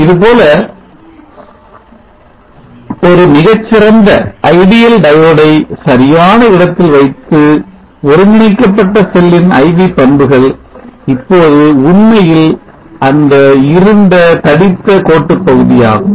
இதுபோல ஒரு மிகச்சிறந்த diode ஐ சரியான இடத்தில் வைத்த ஒருங்கிணைக்கப்பட்ட செல்லின் IV பண்புகள் இப்போது உண்மையில் இந்த இருண்ட தடித்த கோட்டு பகுதியாகும்